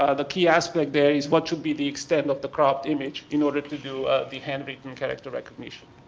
ah the key aspect there is what should be the extent of the cropped image in order to do the hand written character recognition.